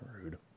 Rude